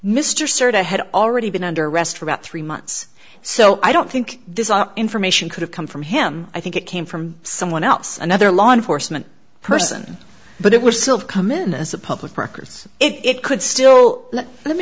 certain had already been under arrest for about three months so i don't think this information could have come from him i think it came from someone else another law enforcement person but it was still come in a supposed records it could still let me